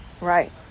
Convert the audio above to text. Right